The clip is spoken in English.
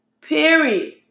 Period